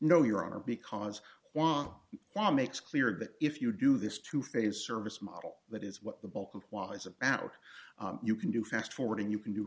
no your honor because that makes clear that if you do this to ferry service model that is what the bulk of wise about you can do fast forwarding you can do